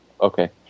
Okay